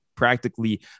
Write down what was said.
practically